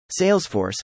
Salesforce